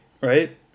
right